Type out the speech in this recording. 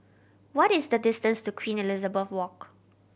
what is the distance to Queen Elizabeth Walk